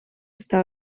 està